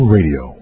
Radio